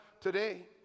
today